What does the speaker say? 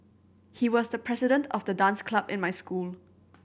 he was the president of the dance club in my school